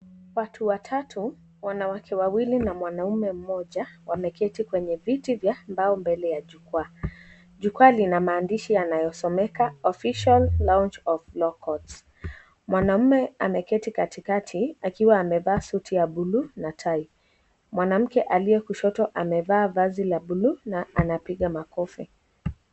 Watu watatu, wanawake wawili na mwanaume mmoja , wameketi kwenye viti vya mbao mbele ya jukwaa. Jukwaa lina maandishi yanayosomeka Official Launch of Law courts . Mwanaume ameketi katikati akiwa amevaa suti ya bluu na tai. Mwanamke aliye kushoto amevaa vazi la bluu na anapiga makofi.